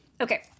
Okay